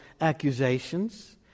accusations